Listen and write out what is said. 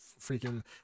freaking